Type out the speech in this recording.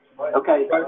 okay